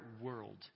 world